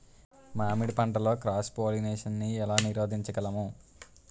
మామిడి పంటలో cross pollination నీ ఏల నీరోధించగలము?